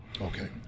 Okay